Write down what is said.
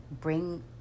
bring